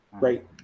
Right